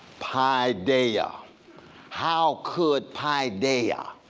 paideia, how could paideia,